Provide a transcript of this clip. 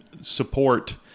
support